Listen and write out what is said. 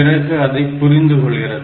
பிறகு அதை புரிந்து கொள்கிறது